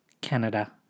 canada